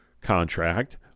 contract